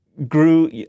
grew